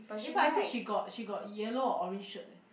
eh I think she got she got yellow or orange shirt eh